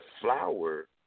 flower